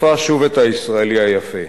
חשפה שוב את הישראלי היפה.